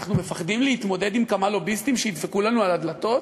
אנחנו מפחדים להתמודד עם כמה לוביסטים שידפקו לנו על הדלתות?